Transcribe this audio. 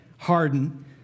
Harden